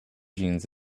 jeans